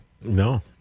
No